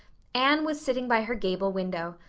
anne was sitting by her gable window.